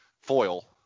foil